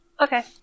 Okay